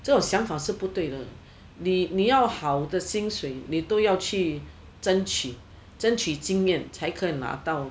这种想法是不对的你你要好的薪水你都要去争取争取经验才可以拿到